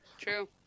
True